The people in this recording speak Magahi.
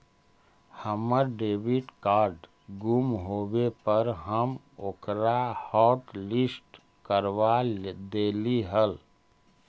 हमर डेबिट कार्ड गुम होवे पर हम ओकरा हॉटलिस्ट करवा देली हल